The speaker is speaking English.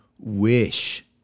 Wish